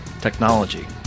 Technology